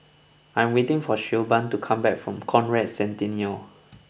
I am waiting for Siobhan to come back from Conrad Centennial